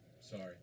Sorry